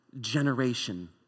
generation